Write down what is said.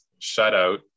shutout